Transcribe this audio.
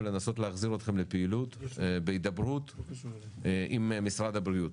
לנסות להחזיר אתכם לפעילות בהידברות עם משרד הבריאות.